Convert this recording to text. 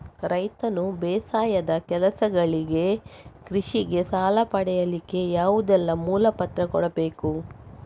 ರೈತನು ಬೇಸಾಯದ ಕೆಲಸಗಳಿಗೆ, ಕೃಷಿಗೆ ಸಾಲ ಪಡಿಲಿಕ್ಕೆ ಯಾವುದೆಲ್ಲ ಮೂಲ ಪತ್ರ ಕೊಡ್ಬೇಕು?